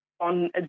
On